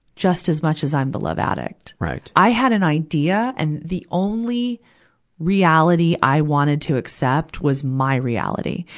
just as much as i'm the love addict. right. i had an idea, and the only reality i wanted to accept was my reality.